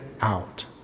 out